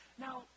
Now